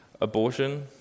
Abortion